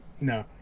No